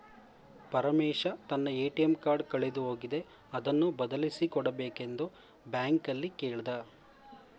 ಪರಮೇಶ ತನ್ನ ATM card ಕಳೆದು ಹೋಗಿದೆ ಅದನ್ನು ಬದಲಿಸಿ ಕೊಡಬೇಕೆಂದು ಬ್ಯಾಂಕಲ್ಲಿ ಕೇಳ್ದ